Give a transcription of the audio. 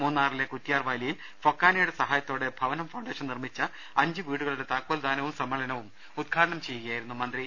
മൂന്നാറിലെ കുറ്റിയാർവാലിയിൽ ഫൊക്കാനയുടെ സഹായത്തോടെ ഭവനം ഫൌണ്ടേഷൻ നിർമിച്ച അഞ്ച് വീടുകളുടെ താക്കോൽ ദാനവും സമ്മേളനവും ഉദ്ഘാടനം ചെയ്തു സംസാരിക്കുകയായിരുന്നു അദ്ദേഹം